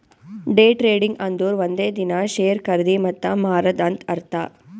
day trading ಅಂದುರ್ ಒಂದೇ ದಿನಾ ಶೇರ್ ಖರ್ದಿ ಮತ್ತ ಮಾರಾದ್ ಅಂತ್ ಅರ್ಥಾ